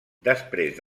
després